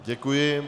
Děkuji.